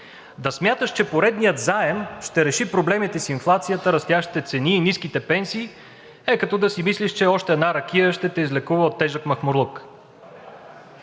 Да смяташ, че поредният заем ще реши проблемите с инфлацията, растящите цени и ниските пенсии, е като да си мислиш, че още една ракия ще те излекува от тежък махмурлук.